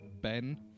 Ben